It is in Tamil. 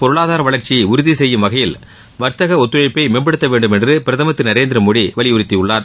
பொருளாதார வளர்ச்சியை உறுதிசெய்யும் வகையில் வர்த்தக ஒத்துழைப்பை நீடித்த மேம்படுத்தவேண்டும் என்று பிரதமர் திரு நரேந்திரமோடி வலியுறுத்தியுள்ளார்